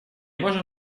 можем